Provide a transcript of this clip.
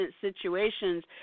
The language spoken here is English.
situations